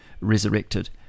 resurrected